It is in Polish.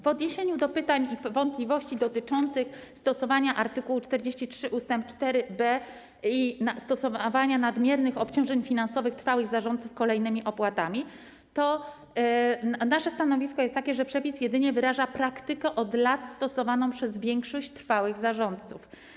W odniesieniu do pytań i wątpliwości dotyczących stosowania art. 43 ust. 4b i stosowania nadmiernych obciążeń finansowych trwałych zarządców kolejnymi opłatami to nasze stanowisko jest takie, że przepis jedynie wyraża praktykę od lat stosowaną przez większość trwałych zarządców.